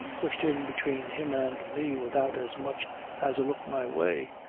pushed in between him and me without as much as a look my way.